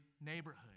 neighborhood